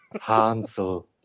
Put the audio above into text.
Hansel